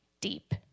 deep